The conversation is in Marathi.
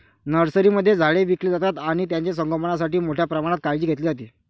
नर्सरीमध्ये झाडे विकली जातात आणि त्यांचे संगोपणासाठी मोठ्या प्रमाणात काळजी घेतली जाते